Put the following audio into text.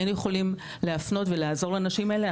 היינו יכולים להפנות ולעזור לנשים האלו.